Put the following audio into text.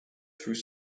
through